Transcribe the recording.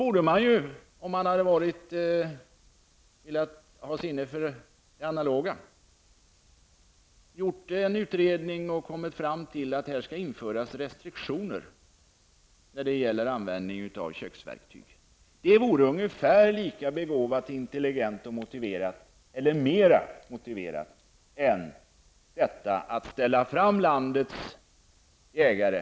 Om man har sinne för det analoga, gör man en utredning. Om man då kommer fram till att det behövs restriktioner när det gäller användningen av köksverktyg, är det mera begåvat, intelligent och motiverat än att på det här sättet hålla fram landets jägare.